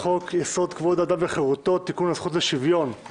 יסוד: כבוד האדם וחירותו (תיקון הזכות לשוויון),